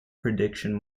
prediction